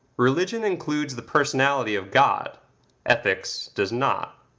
religion includes the personality of god ethics does not.